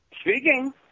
Speaking